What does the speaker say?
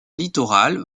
littoral